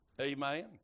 Amen